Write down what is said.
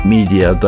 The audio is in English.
Media